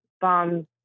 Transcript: bomb